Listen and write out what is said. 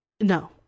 no